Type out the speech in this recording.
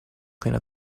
clean